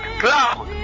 cloud